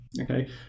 okay